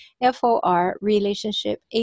F-O-R-relationship